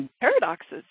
paradoxes